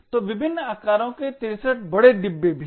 तो विभिन्न आकारों के 63 बड़े डिब्बे भी हैं